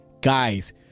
guys